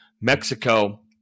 Mexico